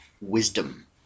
wisdom